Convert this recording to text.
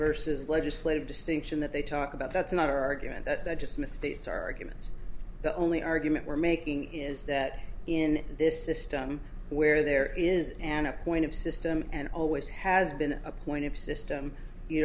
vs legislative distinction that they talk about that's another argument that the just misstates arguments the only argument we're making is that in this system where there is an a point of system and always has been a point of system you